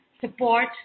support